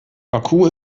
baku